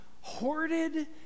hoarded